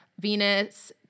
Venus